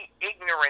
ignorant